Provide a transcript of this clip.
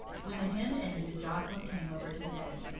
when the hymn ended, joscelyn came over to the bed.